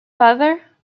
father